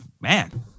man